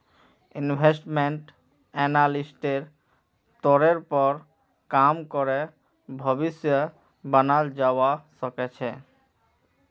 investment एनालिस्टेर तौरेर पर काम करे भविष्य बनाल जावा सके छे